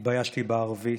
התביישתי בערבית,